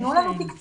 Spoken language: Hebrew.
תנו לנו תקצוב,